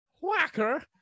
whacker